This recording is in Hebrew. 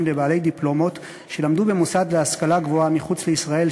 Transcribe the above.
לבעלי דיפלומות שלמדו במוסד להשכלה גבוהה מחוץ לישראל,